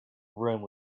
rome